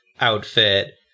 outfit